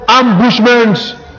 ambushments